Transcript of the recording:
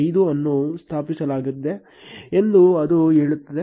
5 ಅನ್ನು ಸ್ಥಾಪಿಸಲಾಗಿದೆ ಎಂದು ಅದು ಹೇಳುತ್ತದೆ